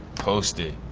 posted.